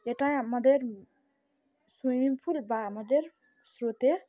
এটা আমাদের swimming pool বা আমাদের স্রোতের